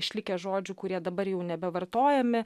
išlikę žodžių kurie dabar jau nebevartojami